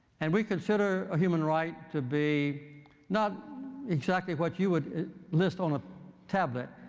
and we consider a human right to be not exactly what you would list on a tablet.